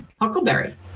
huckleberry